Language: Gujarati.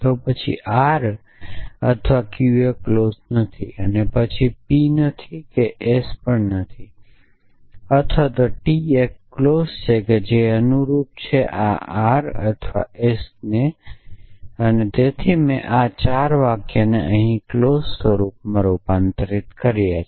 તો પછી R અથવા Q એ ક્લોઝ નથી પછી P નથી કે S નથી અથવા T એક ક્લોઝ છે જે અનુરૂપ છે કે આ R અથવા S નથી તેથી મેં આ 4 વાક્યોને અહીં ક્લોઝ સ્વરૂપમાં રૂપાંતરિત કર્યા છે